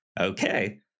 okay